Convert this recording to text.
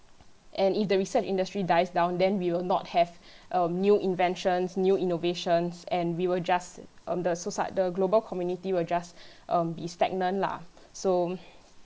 and if the research industry dies down then we would not have um new inventions new innovations and we would just um the socie~ the global community would just um be stagnant lah so